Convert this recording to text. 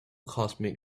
cosmic